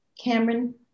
Cameron